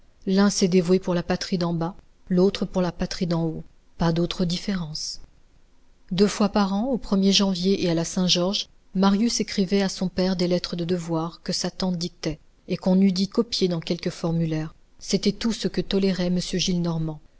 l'un s'est dévoué pour la patrie d'en bas l'autre pour la patrie d'en haut pas d'autre différence deux fois par an au er janvier et à la saint-georges marius écrivait à son père des lettres de devoir que sa tante dictait et qu'on eût dit copiées dans quelque formulaire c'était tout ce que tolérait